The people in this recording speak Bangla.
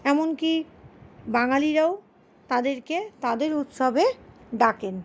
এমনকি বাঙালিরাও তাদেরকে তাদের উৎসবে ডাকেন